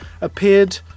appeared